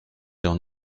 leurs